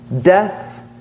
death